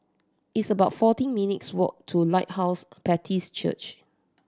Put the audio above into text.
it's about fourteen minutes' walk to Lighthouse Baptist Church